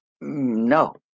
No